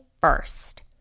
first